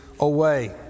Away